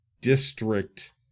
district